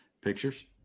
Pictures